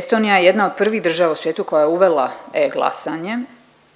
Estonija je jedna od prvih država u svijetu koja je uvela e-glasanje